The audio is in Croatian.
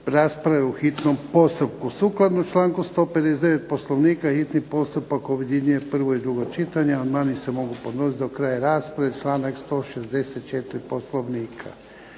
rasprave u hitnom postupku. Sukladno članku 159. Poslovnika objedinjuje prvo i drugo čitanje. Amandmani se mogu podnositi do kraja rasprave članak 164. Poslovnika.